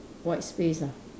white space ah